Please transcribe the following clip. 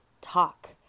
talk